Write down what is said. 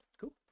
cool